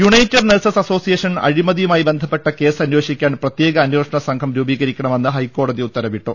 United Nurses Association അഴിമതിയുമായി ബന്ധപ്പെട്ട കേസനേഷിക്കാൻ പ്രത്യേക അന്വേഷണ സംഘം രൂപീ കരിക്കണമെന്ന് ഹൈക്കോടതി ഉത്തരവിട്ടു